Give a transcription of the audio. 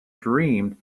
dreamed